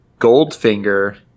Goldfinger